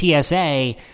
TSA